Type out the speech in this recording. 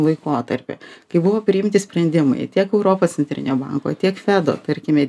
laikotarpį kai buvo priimti sprendimai tiek europos centrinio banko tiek fedo tarkime